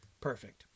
Perfect